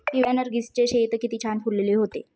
पिवळ्या नर्गिसचे शेत किती छान फुलले होते